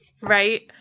right